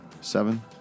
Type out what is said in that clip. Seven